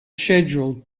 scheduled